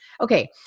okay